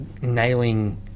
nailing